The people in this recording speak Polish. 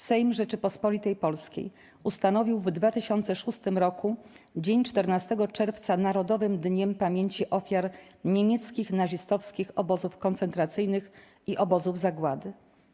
Sejm Rzeczypospolitej Polskiej ustanowił w 2006 roku dzień 14 czerwca Narodowym Dniem Pamięci Ofiar Niemieckich Nazistowskich Obozów Koncentracyjnych i Obozów Zagłady.